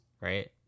right